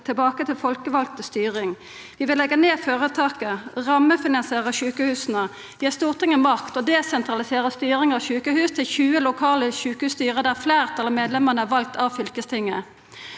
tilbake til folkevald styring. Vi vil leggja ned føretaka, rammefinansiera sjukehusa, gi Stortinget makt og desentralisera styringa av sjukehusa til 20 lokale sjukehusstyre der fleirtalet av medlemmene er valt av fylkestinget.